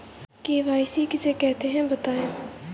KYC किसे कहते हैं बताएँ?